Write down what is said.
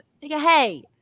Hey